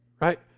right